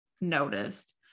noticed